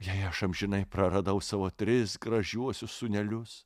jei aš amžinai praradau savo tris gražiuosius sūnelius